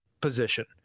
position